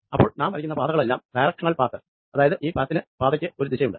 അപ്പോൾ നാം വരയ്ക്കുന്ന ഈ പാതകളെല്ലാം ഡൈറക്ഷനൽ പാത്ത് അതായത് ഈ പാതയ്ക്ക് ഒരു ദിശയുണ്ട്